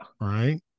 right